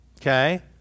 Okay